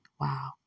Wow